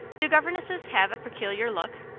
do governesses have a peculiar look?